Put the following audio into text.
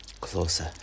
Closer